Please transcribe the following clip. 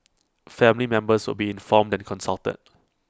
family members would be informed and consulted